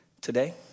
today